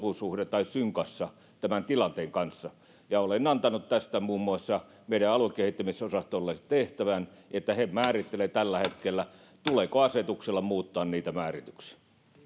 synkassa tämän tilanteen kanssa ja olen antanut tästä muun muassa meidän aluekehittämisosastolle tehtävän että he määrittelevät tällä hetkellä tuleeko asetuksella muuttaa niitä määrityksiä